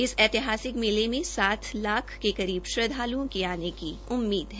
इस ऐतिहासिक मेले में सात लाख के करीब श्रद्वालूओं के आने की उम्मीद है